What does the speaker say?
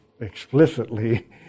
explicitly